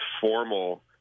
formal